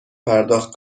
پرداخت